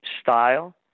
style